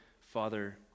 Father